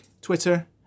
Twitter